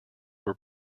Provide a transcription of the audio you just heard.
were